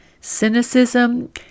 cynicism